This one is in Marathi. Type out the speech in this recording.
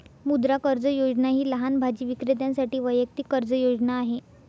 मुद्रा कर्ज योजना ही लहान भाजी विक्रेत्यांसाठी वैयक्तिक कर्ज योजना आहे